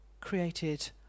created